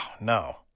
no